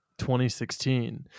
2016